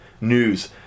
news